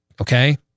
okay